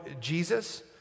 Jesus